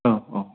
औ औ